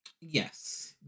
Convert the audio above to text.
yes